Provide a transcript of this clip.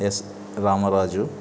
yes Ramaraju